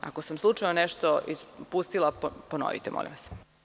Ako sam slučajno nešto propustila, ponovite, molim vas.